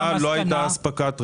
בשנה האחרונה לא הייתה אספקת רכב.